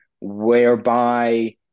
whereby